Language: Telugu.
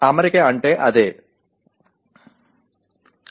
అమరిక అంటే అర్థం ఇదే